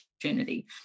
opportunity